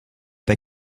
they